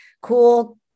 cool